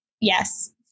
yes